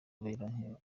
kubera